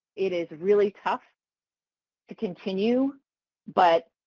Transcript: it is really tough to continue but